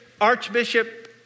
archbishop